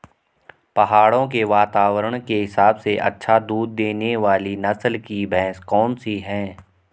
पहाड़ों के वातावरण के हिसाब से अच्छा दूध देने वाली नस्ल की भैंस कौन सी हैं?